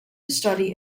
study